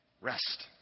rest